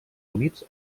humits